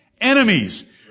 Enemies